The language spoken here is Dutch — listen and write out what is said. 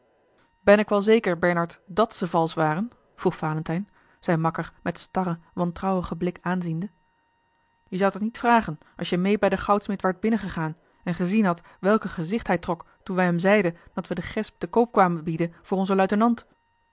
ben je wel zeker bernard dàt ze valsch waren vroeg valentijn zijn makker met starren wantrouwigen blik aanziende je zoudt dat niet vragen als je meê bij den goudsmid waart binnengegaan en gezien hadt welk een gezicht hij trok toen wij hem zeiden dat wij de gesp te koop kwamen bieden voor onzen luitenant